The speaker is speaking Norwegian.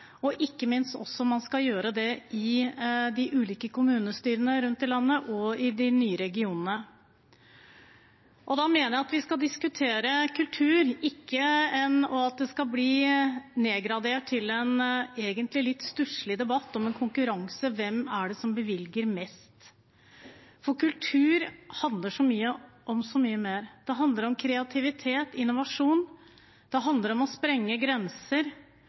og ikke minst at man også skal gjøre det i de ulike kommunestyrene rundt i landet og i de nye regionene. Og da mener jeg at vi skal diskutere kultur, og ikke at det skal bli nedgradert til en egentlig litt stusselig debatt og en konkurranse om hvem som bevilger mest. For kultur handler om så mye mer. Det handler om kreativitet og innovasjon, det handler om å sprenge grenser,